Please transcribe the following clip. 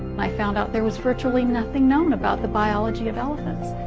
i found out there was virtually nothing known about the biology of elephants.